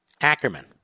Ackerman